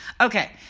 okay